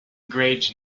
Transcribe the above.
grades